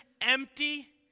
Empty